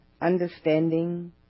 understanding